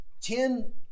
ten